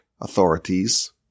authorities